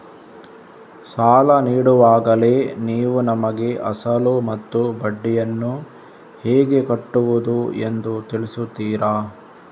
ಸಾಲ ನೀಡುವಾಗಲೇ ನೀವು ನಮಗೆ ಅಸಲು ಮತ್ತು ಬಡ್ಡಿಯನ್ನು ಹೇಗೆ ಕಟ್ಟುವುದು ಎಂದು ತಿಳಿಸುತ್ತೀರಾ?